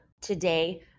Today